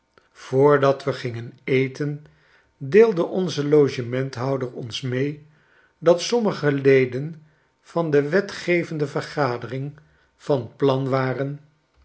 voordat we gingen eten deelde onze logementhouder ons mee dat sommige leden van de wetgevende vergadering van plan waren